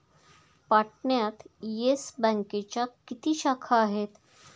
पाटण्यात येस बँकेच्या किती शाखा आहेत?